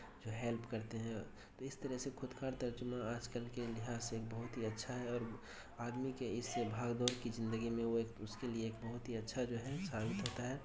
جو ہیلپ کرتے ہیں تو اس طرح سے خودکار ترجمہ آج کل کے لحاظ سے ایک بہت ہی اچھا ہے اور آدمی کے اس بھاگ دوڑ کی زندگی میں وہ اس کے لیے ایک بہت ہی اچھا جو ہے ثابت ہوتا ہے